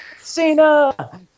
Cena